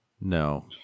No